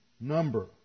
number